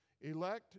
elect